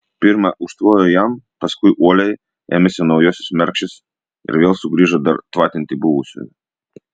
pirma užtvojo jam paskui uoliai ėmėsi naujosios mergšės ir vėl sugrįžo dar tvatinti buvusiojo